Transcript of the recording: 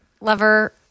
lover